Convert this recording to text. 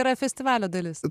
yra festivalio dalis